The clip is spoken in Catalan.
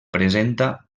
presenta